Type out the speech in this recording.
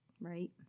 right